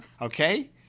Okay